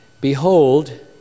Behold